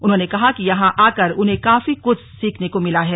उन्होंने कहा कि यहां आकर उन्हें काफी कुछ सीखने को मिला है